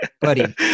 buddy